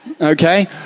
Okay